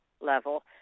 level